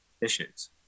issues